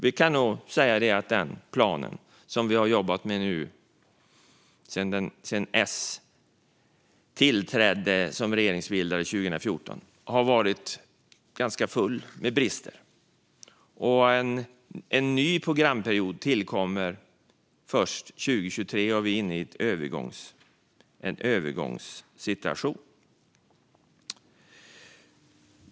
Vi kan nog säga att den plan som vi har jobbat med sedan 2014, då S tillträdde som regeringsbildare, har varit ganska full med brister. Och en ny programperiod tillkommer först 2023. Vi är nu inne i en övergångssituation.